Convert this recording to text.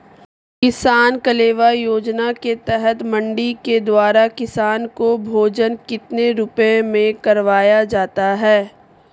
किसान कलेवा योजना के तहत मंडी के द्वारा किसान को भोजन कितने रुपए में करवाया जाता है?